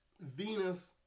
Venus